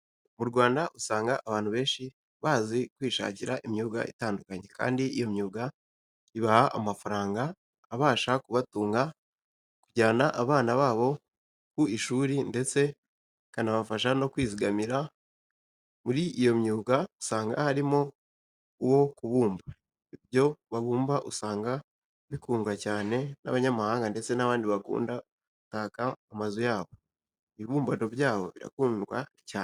Mu Rwanda usanga abantu benshi bazi kwishakira imyuga itandukanye, kandi iyo myuga ibaha amafaranga abasha kubatunga, kujyana abana babo mu ishuri, ndetse bakabasha no kwizigamira. Muri iyo myuga usanga harimo uwo kubumba. Ibyo babumba usanga bikundwa cyane n'abanyamahanga ndetse n'abandi bakunda gutaka amazu yabo. Ibibumbano byabo birakundwa cyane.